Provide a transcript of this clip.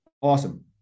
Awesome